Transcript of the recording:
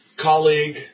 colleague